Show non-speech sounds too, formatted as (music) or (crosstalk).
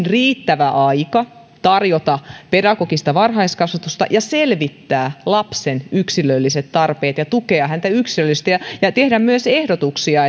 (unintelligible) riittävä aika tarjota pedagogista varhaiskasvatusta ja selvittää lapsen yksilölliset tarpeet ja tukea häntä yksilöllisesti ja ja tehdä myös ehdotuksia (unintelligible)